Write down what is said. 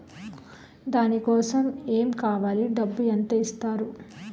దాని కోసం ఎమ్ కావాలి డబ్బు ఎంత ఇస్తారు?